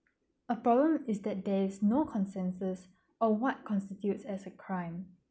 a problem is that there is no consensus or what constitute as a crime